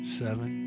seven